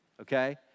okay